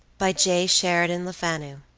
by j. sheridan lefanu